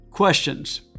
Questions